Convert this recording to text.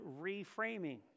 reframing